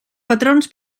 patrons